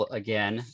again